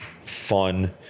fun